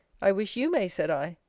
i wish you may, said i.